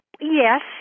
Yes